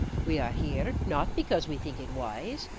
we are here, not because we think it wise,